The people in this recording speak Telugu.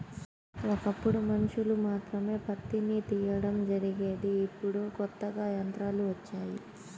ఒకప్పుడు మనుషులు మాత్రమే పత్తిని తీయడం జరిగేది ఇప్పుడు కొత్తగా యంత్రాలు వచ్చాయి